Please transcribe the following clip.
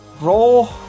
roll